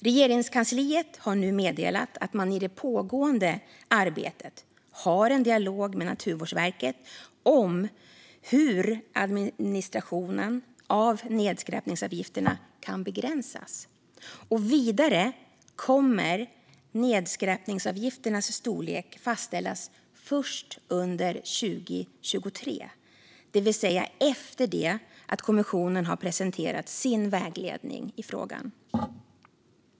Regeringskansliet har nu meddelat att man i det pågående arbetet har en dialog med Naturvårdsverket om hur administrationen av nedskräpningsavgifterna kan begränsas. Vidare kommer nedskräpningsavgifternas storlek att fastställas först under 2023, det vill säga efter det att kommissionen har presenterat sin vägledning i frågan.